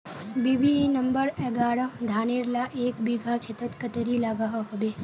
BB number एगारोह धानेर ला एक बिगहा खेतोत कतेरी लागोहो होबे?